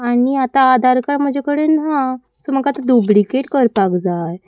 आनी आतां आदार कार्ड म्हजें कडेन ना सो म्हाका आतां डुब्लिकेट करपाक जाय